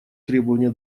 требования